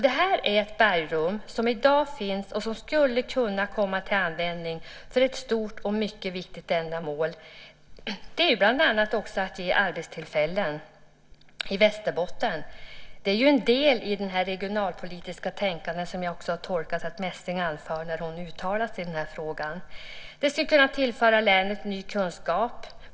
Det här är ett bergrum som finns i dag och som skulle kunna komma till användning för ett stort och mycket viktigt ändamål. Det är bland annat att ge arbetstillfällen i Västerbotten. Det är en del i det regionalpolitiska tänkande som jag har tolkat att Ulrica Messing har anfört när hon har uttalat sig i den här frågan. Det skulle kunna tillföra länet ny kunskap.